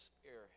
Spirit